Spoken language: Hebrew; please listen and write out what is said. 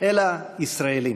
אלא ישראלים.